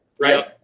right